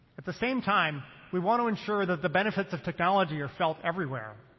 at the same time, we want to ensure that the benefits of technology are felt everywhere,